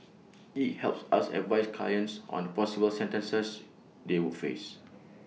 IT helps us advise clients on the possible sentences they would face